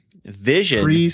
Vision